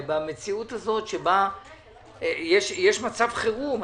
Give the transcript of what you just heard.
במציאות שבה יש מצב חירום,